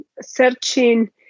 searching